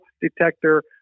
detector